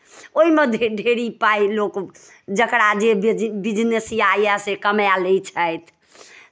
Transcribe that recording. ओहिमे ढे ढेरी पाइ लोक जकरा जे बिजनेसिया यए से कमाए लैत छथि